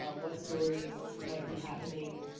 um what stories might be happening,